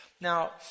Now